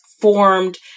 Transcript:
formed